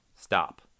Stop